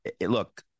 look